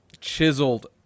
chiseled